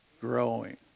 growing